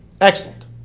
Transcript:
Excellent